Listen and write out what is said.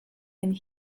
and